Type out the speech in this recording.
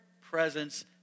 presence